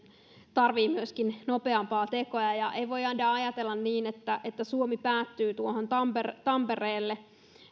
tarvitsee myöskin nopeampia tekoja ei voida ajatella niin että että suomi päättyy tuohon tampereelle tampereelle